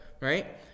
Right